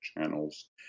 channels